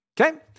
Okay